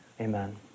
amen